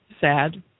Sad